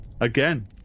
Again